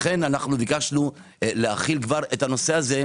לכן ביקשנו להחיל כבר את הנושא הזה,